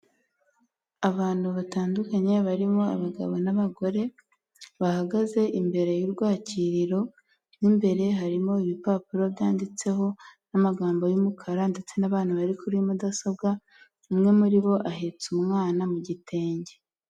Abantu batandukanye barimo abagabo n'abagore, bahagaze imbere y'urwakiriro, mo imbere harimo ibipapuro byanditseho n'amagambo y'umukara ndetse n'abantu bari kuri mudasobwa, umwe muri bo ahetse umwana mu gitenge.